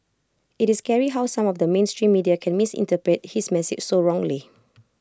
IT is scary how some of the mainstream media can misinterpret his message so wrongly